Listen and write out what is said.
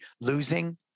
losing